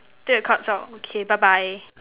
take the card zao K bye bye